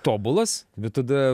tobulas bet tada